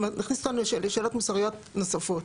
זה מכניס אותנו לשאלות מוסריות נוספות.